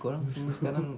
kau orang semua sekarang